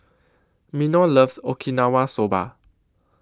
Minor loves Okinawa Soba